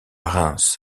reims